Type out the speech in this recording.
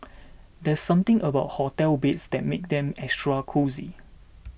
there's something about hotel beds that makes them extra cosy